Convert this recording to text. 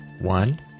One